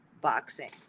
boxing